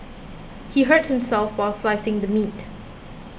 he hurt himself while slicing the meat